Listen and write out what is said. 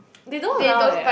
they don't allow eh